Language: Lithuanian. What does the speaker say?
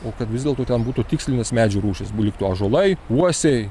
o kad vis dėlto ten būtų tikslinės medžių rūšys bu liktų ąžuolai uosiai